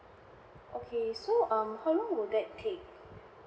okay so um how long would that take?